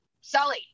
Sully